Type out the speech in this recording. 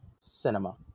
Cinema